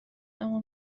اما